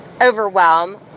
overwhelm